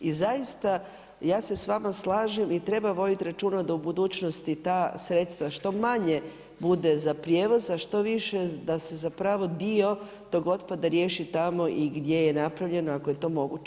I zaista, ja se s vama slažem i treba voditi računa da u budućnosti ta sredstva što manje bude za prijevoz a što više da se zapravo dio tog otpada riješi tamo i gdje je napravljen ako je to moguće.